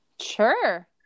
Sure